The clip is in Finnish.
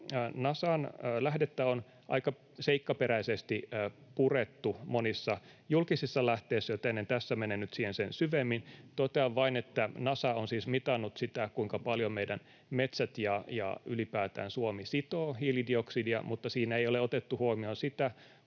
Nasan lähdettä on aika seikkaperäisesti purettu monissa julkisissa lähteissä, joten en tässä mene nyt siihen sen syvemmin. Totean vain, että Nasa on siis mitannut sitä, kuinka paljon meidän metsät ja ylipäätään Suomi sitoo hiilidioksidia, mutta siinä ei ole otettu huomioon sitä,